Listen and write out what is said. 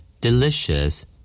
Delicious